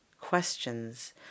questions